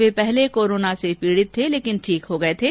वे पहले कोरोना से पीड़ित थे लेकिन ठीक हो गए थे